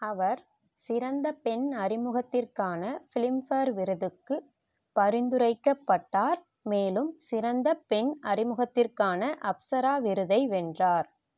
அவர் சிறந்த பெண் அறிமுகத்திற்கான ஃபிலிம்பேர் விருதுக்கு பரிந்துரைக்கப்பட்டார் மேலும் சிறந்த பெண் அறிமுகத்திற்கான அப்சரா விருதை வென்றார்